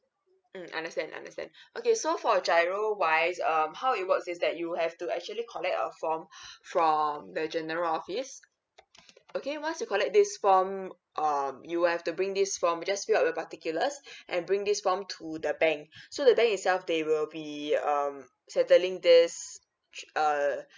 mm understand understand okay so for your giro wise um how it works is that you have to actually collect a form from the general office okay once you collect this form um you will have to bring this from just fill up the particulars and bring this form to the bank so the bank itself they will be um settling this ch~ err